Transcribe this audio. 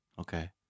Okay